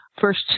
first